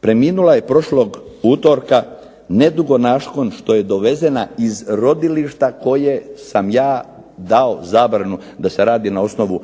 Preminula je prošlog utorka nedugo nakon što je dovezena iz rodilišta koje sam ja dao zabranu da se radi na osnovu